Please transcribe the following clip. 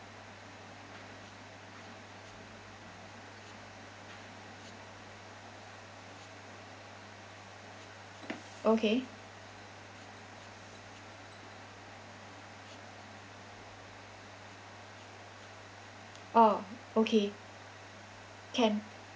okay uh okay can